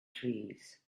trees